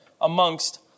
amongst